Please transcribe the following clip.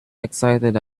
excited